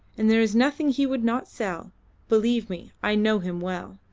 and there is nothing he would not sell believe me, i know him well.